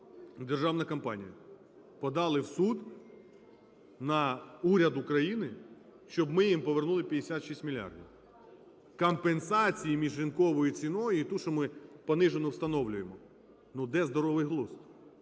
державна компанія, подали в суд на уряд України, щоб ми їм повернули 56 мільярдів компенсації між ринковою ціною і тією, що ми понижену встановлюємо. Ну, де здоровий глузд?